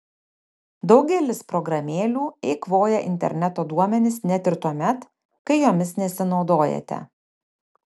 daugelis programėlių eikvoja interneto duomenis net ir tuomet kai jomis nesinaudojate